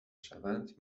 شوند